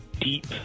deep